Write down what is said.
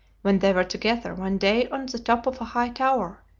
when they were together one day on the top of a high tower,